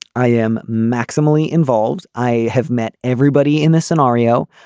i am maximally involved. i have met everybody in this scenario.